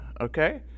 okay